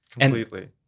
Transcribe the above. Completely